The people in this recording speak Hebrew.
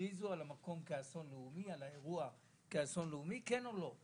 יכריזו על האירוע כאסון לאומי, כן או לא.